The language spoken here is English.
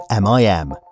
MIM